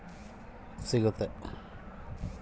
ನಮ್ಮ ಮನೆಯಲ್ಲಿ ನಾನು ಒಬ್ಬನೇ ದುಡಿಯೋದು ನನಗೆ ಸಾಲ ಸಿಗುತ್ತಾ?